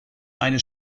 eine